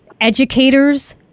educators